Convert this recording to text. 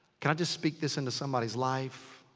can i just speak this into somebody's life?